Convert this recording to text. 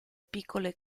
piccole